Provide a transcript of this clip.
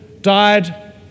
died